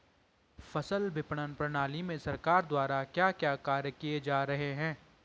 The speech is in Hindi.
फसल विपणन प्रणाली में सरकार द्वारा क्या क्या कार्य किए जा रहे हैं?